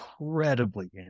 incredibly